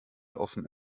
offen